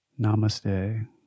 Namaste